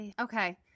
Okay